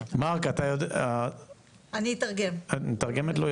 מארק, את מתרגמת לו?